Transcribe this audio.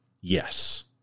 Yes